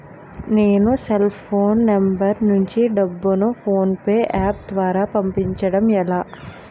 నేను cell phone number నుంచి డబ్బును ను ఫోన్పే అప్ ద్వారా పంపించడం ఎలా?